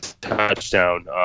touchdown